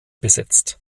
besetzt